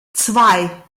zwei